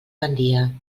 gandia